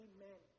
Amen